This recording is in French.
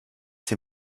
ses